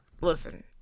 listen